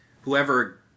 whoever